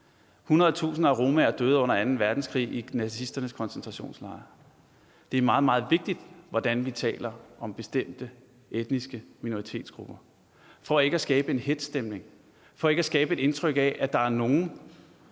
tusinder af romaer døde under anden verdenskrig i nazisternes koncentrationslejre. Det er meget, meget vigtigt, hvordan vi taler om bestemte etniske minoritetsgrupper – for ikke at skabe en hetzstemning, for ikke at skabe et indtryk af, at der er nogle